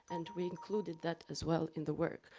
and we included that as well in the work.